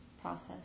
process